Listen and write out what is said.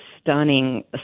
stunning